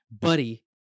buddy